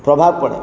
ପ୍ରଭାବ ପଡ଼େ